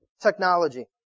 Technology